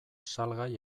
salgai